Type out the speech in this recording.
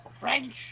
French